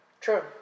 True